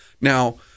Now